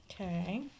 Okay